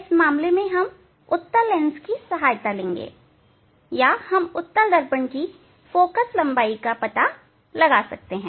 इस मामले में हम उत्तल लेंस की सहायता लेंगे या हम उत्तल दर्पण की फोकललंबाई का पता लगा सकते हैं